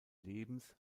lebens